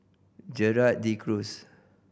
Gerald De Cruz